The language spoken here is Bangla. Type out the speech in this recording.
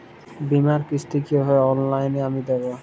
বীমার কিস্তি কিভাবে অনলাইনে আমি দেবো?